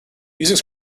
using